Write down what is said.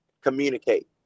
communicate